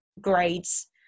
grades